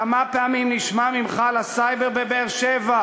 כמה פעמים נשמע ממך על הסייבר בבאר-שבע,